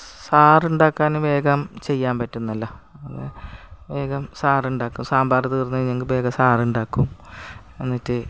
സാറുണ്ടാക്കാൻ വേഗം ചെയ്യാൻ പറ്റുന്നതെല്ലാം അതു വേഗം സാറുണ്ടാക്കും സാമ്പാർ തീർന്നെങ്കിൽ വേഗം സാറുണ്ടാക്കും എന്നിട്ട്